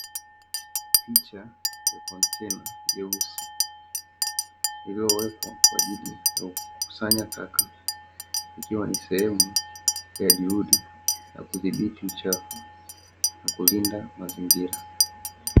Picha ya kontena jeusi, lililowekwa kwa ajili ya kukusanya taka, ikiwa ni sehemu ya juhudi za kudhibiti uchafu na kulinda mazingira.